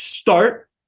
Start